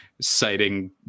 citing